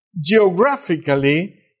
geographically